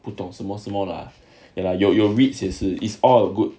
不懂什么什么 lah ya lah 有有 REITs 也是 it's all good